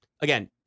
again